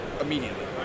immediately